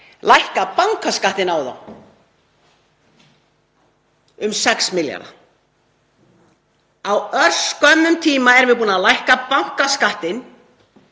lækkað bankaskattinn á þá? Um 6 milljarða. Á örskömmum tíma erum við búin að lækka bankaskattinn